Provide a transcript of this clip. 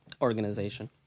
organization